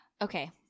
okay